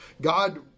God